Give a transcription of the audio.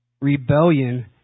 Rebellion